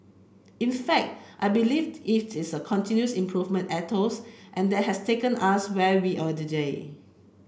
in fact I believe it is a continuous improvement ethos and that has taken us where we are today